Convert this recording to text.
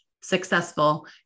successful